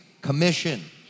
Commission